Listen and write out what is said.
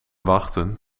wachten